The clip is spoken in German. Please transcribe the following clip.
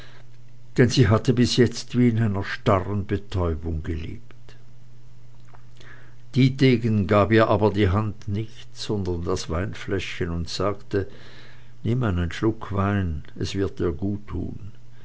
denn sie hatte bis jetzt wie in einer starren betäubung gelebt dietegen gab ihr aber die hand nicht sondern das weinfläschchen und sagte nimm einen schluck wein es wird dir guttun sie